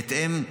בהתאם,